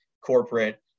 corporate